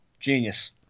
Genius